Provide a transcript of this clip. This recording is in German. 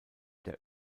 der